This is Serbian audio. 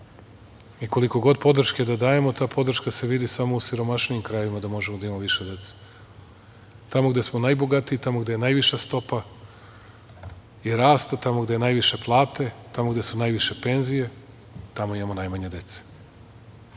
god podrške da dajemo ta podrška se vidi samo u siromašnijim krajevima da možemo da imamo više dece. Tamo gde smo najbogatiji, tamo gde je najviša stopa rasta, tamo gde su najviše plate, tamo gde su najviše penzije, tamo imamo najmanje dece.